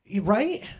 right